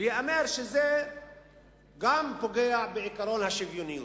וייאמר שזה גם פוגע בעקרון השוויוניות,